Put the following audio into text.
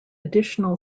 additional